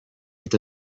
est